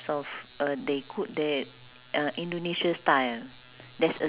oh ya you will have to take another feeder service from yishun interchange